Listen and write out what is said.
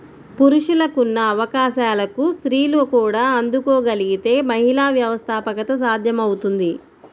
పురుషులకున్న అవకాశాలకు స్త్రీలు కూడా అందుకోగలగితే మహిళా వ్యవస్థాపకత సాధ్యమవుతుంది